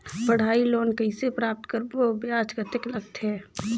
पढ़ाई लोन कइसे प्राप्त करबो अउ ब्याज कतेक लगथे?